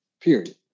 Period